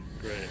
great